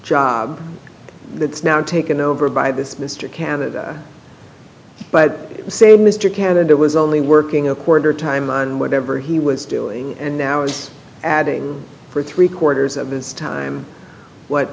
job that's now taken over by this mr canada but say mr candidate was only working a quarter time on whatever he was doing and now it's adding for three quarters of the time what